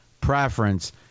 preference